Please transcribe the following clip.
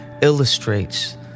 illustrates